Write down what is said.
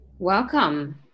Welcome